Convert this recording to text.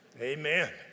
Amen